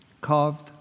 carved